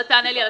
אבל תענה לי.